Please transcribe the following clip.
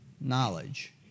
knowledge